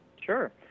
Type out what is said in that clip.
Sure